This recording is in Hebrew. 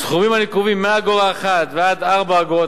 סכומים הנקובים מאגורה אחת ועד 4 אגורות,